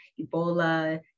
Ebola